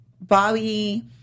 Bobby